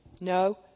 No